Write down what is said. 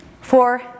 Four